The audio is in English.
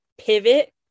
pivot